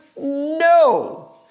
No